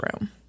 room